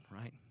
right